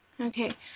Okay